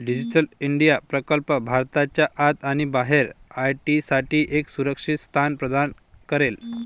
digital India प्रकल्प भारताच्या आत आणि बाहेर आय.टी साठी एक सुरक्षित स्थान प्रदान करेल